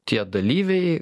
tie dalyviai